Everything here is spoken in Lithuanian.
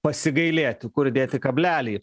pasigailėti kur dėti kablelį